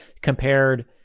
compared